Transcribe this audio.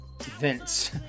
Vince